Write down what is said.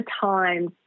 time